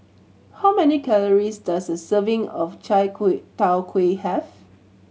how many calories does a serving of chai kway tow kway have